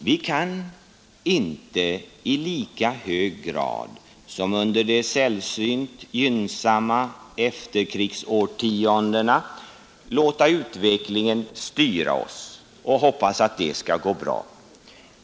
Vi kan inte i lika hög grad som under de sällsynt gynnsamma efterkrigsårtiondena låta utvecklingen styra oss och hoppas att det skall gå bra.